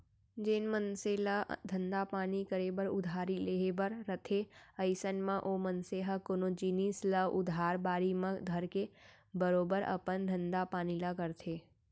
जेन मनसे ल धंधा पानी करे बर उधारी लेहे बर रथे अइसन म ओ मनसे ह कोनो जिनिस ल उधार बाड़ी म धरके बरोबर अपन धंधा पानी ल करथे